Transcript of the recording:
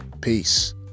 Peace